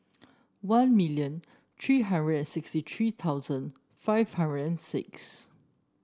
one million three hundred and sixty three thousand five hundred and six